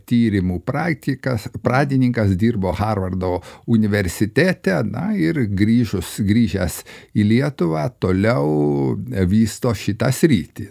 tyrimų praktikas pradininkas dirbo harvardo universitete na ir grįžus grįžęs į lietuvą toliau vysto šitą sritį